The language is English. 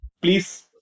please